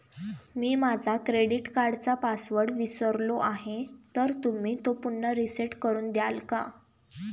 मी माझा क्रेडिट कार्डचा पासवर्ड विसरलो आहे तर तुम्ही तो पुन्हा रीसेट करून द्याल का?